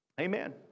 Amen